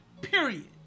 period